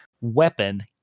weapon